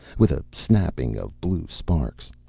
with a snapping of blue sparks.